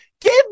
Give